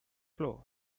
floor